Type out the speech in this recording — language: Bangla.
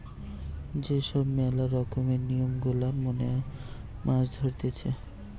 যে সব ম্যালা রকমের নিয়ম গুলা মেনে মাছ ধরতিছে